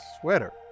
sweater